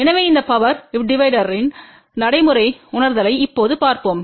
எனவே இந்த பவர் டிவைடர்யின் நடைமுறை உணர்தலை இப்போது பார்ப்போம்